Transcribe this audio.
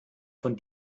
von